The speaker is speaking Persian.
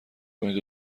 کنید